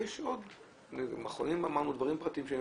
ויש עוד מכונים ודברים פרטיים,